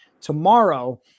tomorrow